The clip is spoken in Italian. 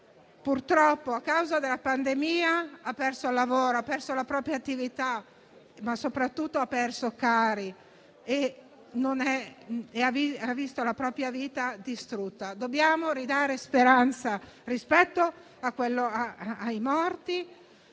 purtroppo, a causa della pandemia ha perso il lavoro, ha perso la propria attività, ma soprattutto ha perso i propri cari e ha visto la propria vita distrutta. Dobbiamo ridare speranza a chi